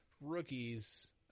rookies